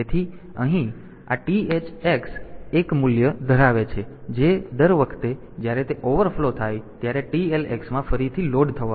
તેથી અહીં આ TH x એક મૂલ્ય ધરાવે છે જે દર વખતે જ્યારે તે ઓવરફ્લો થાય ત્યારે TL x માં ફરીથી લોડ થવાનું છે